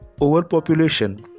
overpopulation